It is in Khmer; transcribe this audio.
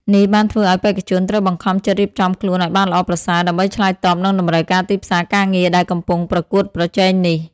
នេះបានធ្វើឲ្យបេក្ខជនត្រូវបង្ខំចិត្តរៀបចំខ្លួនឲ្យបានល្អប្រសើរ ដើម្បីឆ្លើយតបនឹងតម្រូវការទីផ្សារការងារដែលកំពុងប្រកួតប្រជែងនេះ។